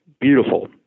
beautiful